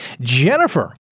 Jennifer